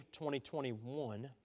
2021